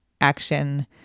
action